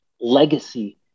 legacy